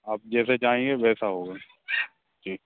आप जैसे चाहेंगे वैसा होगा जी